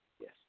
Yes